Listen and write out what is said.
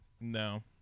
no